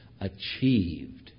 achieved